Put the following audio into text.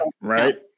Right